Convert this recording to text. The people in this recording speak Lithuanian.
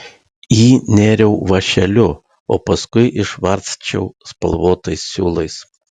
jį nėriau vąšeliu o paskui išvarsčiau spalvotais siūlais